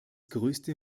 größte